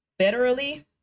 federally